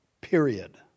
period